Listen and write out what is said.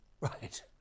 Right